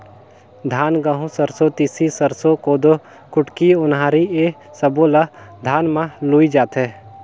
धान, गहूँ, सरसो, तिसी, सरसो, कोदो, कुटकी, ओन्हारी ए सब्बो ल धान म लूए जाथे